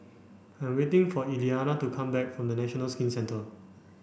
I'm waiting for Eliana to come back from National Skin Centre